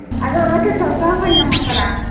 ᱟᱫᱚ ᱚᱱᱟᱛᱮ ᱥᱚᱨᱠᱟᱨ ᱠᱷᱚᱡ ᱧᱟᱢᱚᱜ ᱠᱟᱱᱟ